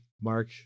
Mark